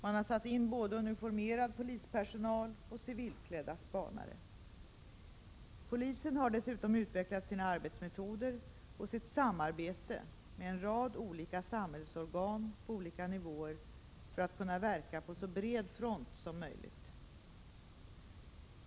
Man har satt in både uniformerad polispersonal och civilklädda spanare. Polisen har dessutom utvecklat sina arbetsmetoder och sitt samarbete med en rad olika samhällsorgan på olika nivåer för att kunna verka på så bred front som möjligt.